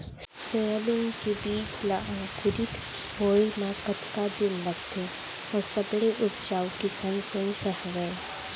Soybean के बीज ला अंकुरित होय म कतका दिन लगथे, अऊ सबले उपजाऊ किसम कोन सा हवये?